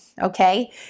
okay